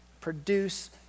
produce